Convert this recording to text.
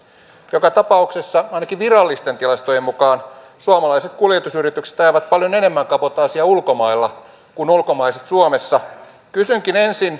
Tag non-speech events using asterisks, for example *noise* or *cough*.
joka tapauksessa ainakin virallisten tilastojen mukaan suomalaiset kuljetusyritykset ajavat paljon enemmän kabotaasia ulkomailla kuin ulkomaiset suomessa kysynkin ensin *unintelligible*